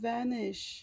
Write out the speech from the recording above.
Vanish